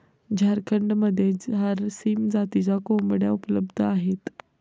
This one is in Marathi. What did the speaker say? झारखंडमध्ये झारसीम जातीच्या कोंबड्या उपलब्ध आहेत